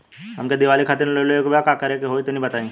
हमके दीवाली खातिर लोन लेवे के बा का करे के होई तनि बताई?